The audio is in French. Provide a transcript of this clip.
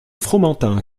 fromantin